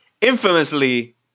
infamously